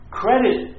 credit